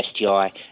STI